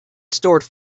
stored